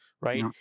right